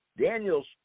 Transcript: Daniel's